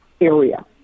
area